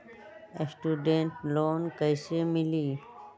Student loan कैसे मिली?